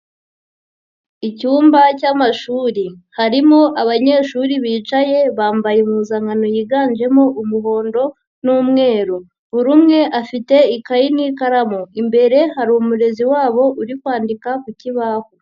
Icyumba cy'amashuri harimo abanyeshuri bicaye bambaye impuzankano yiganjemo umuhondo n'umweru, buri umwe afite ikayi n'ikaramu imbere hari umurezi wabo uri kwandika ku kibaho.